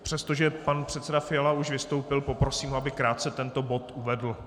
Přestože pan předseda Fiala už vystoupil, poprosím ho, aby krátce tento bod uvedl.